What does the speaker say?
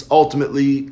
ultimately